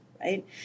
right